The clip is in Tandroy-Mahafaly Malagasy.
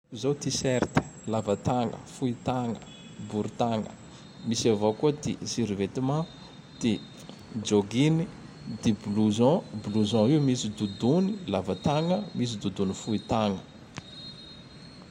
Tee-shirte: lava tagna, fohy tagna, bory tagna; misy avao ty survetêment; ty jôginy; ty blozon, blozon io misy dodony lavatagna, misy dodony fohy tagna.